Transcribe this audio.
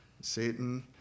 Satan